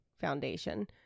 Foundation